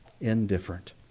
indifferent